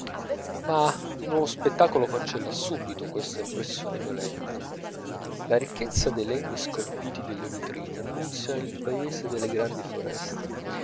ma un nuovo spettacolo cancella subito questa impressione violenta la ricchezza dei legni scolpiti delle vetrine annunzia il paese delle grandi foreste